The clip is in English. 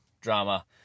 drama